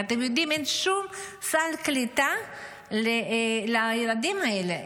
אבל אתם יודעים, אין שום סל קליטה לילדים האלה.